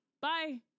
Bye